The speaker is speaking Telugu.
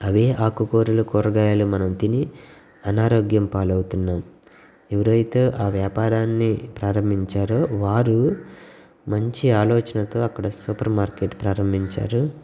అదే ఆకుకూరలు కూరగాయలు మనం తిని అనారోగ్యం పాలవుతున్నాం ఎవరైతే ఆ వ్యాపారాన్ని ప్రారంభించారో వారు మంచి ఆలోచనతో అక్కడ సూపర్ మార్కెట్ ప్రారంభించారు